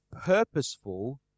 purposeful